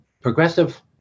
progressive